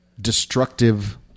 destructive